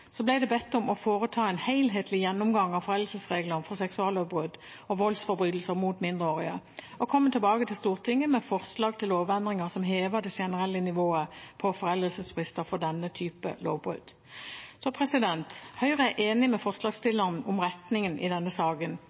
det bedt om å «foreta en helhetlig gjennomgang av foreldelsesreglene for seksuallovbrudd og voldsforbrytelser mot mindreårige, og komme tilbake til Stortinget med forslag til lovendringer som hever det generelle nivået på foreldelsesfrister for denne typen lovbrudd». Høyre er enig med forslagsstillerne om retningen i denne saken